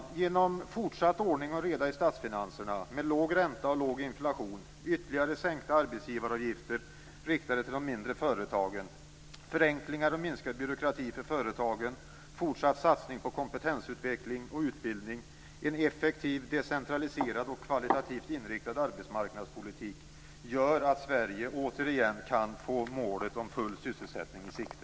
Med hjälp av fortsatt ordning och reda i statsfinanserna med låg ränta och låg inflation, ytterligare sänkta arbetsgivaravgifter riktade till de mindre företagen, förenklingar och minskad byråkrati för företagen, fortsatt satsning på kompetensutveckling och utbildning, en effektiv, decentraliserad och kvalitativt inriktad arbetsmarknadspolitik, gör att Sverige återigen kan få målet om full sysselsättning i sikte.